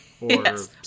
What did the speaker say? Yes